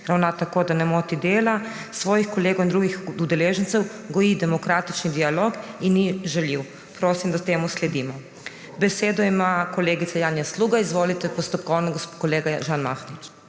ravna tako, da ne moti dela svojih kolegov in drugih udeležencev, goji demokratični dialog in ni žaljiv.« Prosim, da temu sledimo. Besedo ima kolegica Janja Sluga. Izvolite postopkovno, gospod kolega Žan Mahnič.